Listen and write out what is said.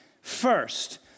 First